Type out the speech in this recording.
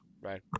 right